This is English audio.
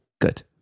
good